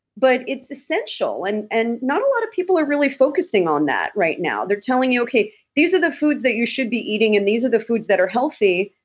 but it's essential and and not a lot of people are really focusing on that right now. they're telling you, okay these are the foods that you should be eating, and these are the foods that are healthy.